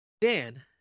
Dan